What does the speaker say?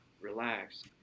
relax